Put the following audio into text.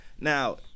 Now